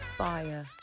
fire